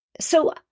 So-